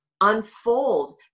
unfold